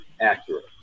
accurate